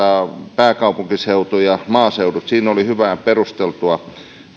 pääkaupunkiseudulla ja maaseudulla siinä oli hyvää perusteltua